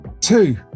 Two